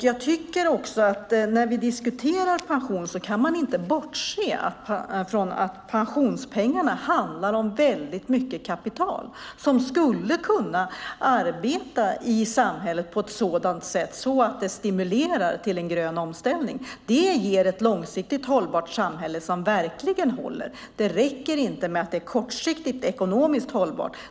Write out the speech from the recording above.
Jag tycker också att när vi diskuterar pension kan man inte bortse från att pensionspengarna handlar om väldigt mycket kapital som skulle kunna arbeta i samhället på ett sådant sätt att det stimulerar till en grön omställning. Det ger ett långsiktigt hållbart samhälle som verkligen håller. Det räcker inte med att det är kortsiktigt ekonomiskt hållbart.